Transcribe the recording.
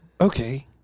Okay